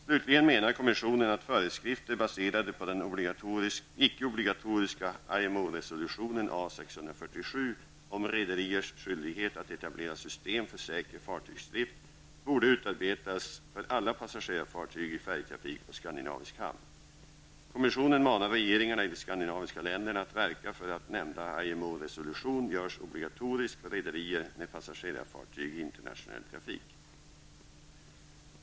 * Slutligen menar kommissionen att föreskrifter baserade på den icke obligatoriska IMO resolutionen A 647 om rederiers skyldighet att etablera system för säker fartygsdrift borde utarbetas för alla passagerarfartyg i färjetrafik på skandinavisk hamn. Kommissionen manar regeringarna i de skandinaviska länderna att verka för att nämnda IMO-resolution görs obligatorisk för rederier med passagerarfartyg i internationell trafik.